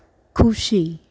ખુશી